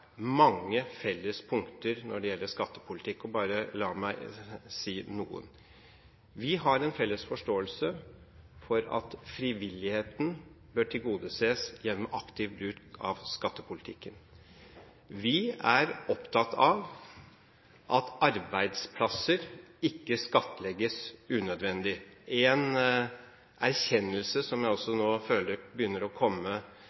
mange felles punkter når det gjelder skattepolitikk. La meg nevne noen: Vi har en felles forståelse av at frivilligheten bør tilgodeses gjennom aktiv bruk av skattepolitikken. Vi er opptatt av at arbeidsplasser ikke skattlegges unødvendig – en erkjennelse som jeg også nå føler begynner å komme